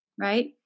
Right